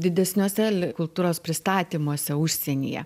didesniuose le kultūros pristatymuose užsienyje